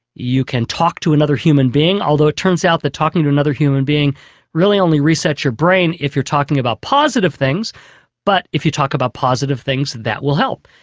you can talk to another human being although it turns out that talking to another human being really only resets your brain if you're talking about positive things but if you talk about positive things, that will help.